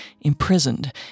imprisoned